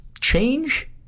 change